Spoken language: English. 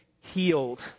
healed